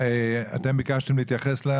אתם ביקשתם להתייחס.